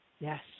Yes